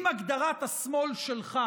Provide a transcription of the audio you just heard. אם הגדרת השמאל שלך